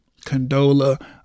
condola